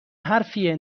حرفیه